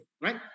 right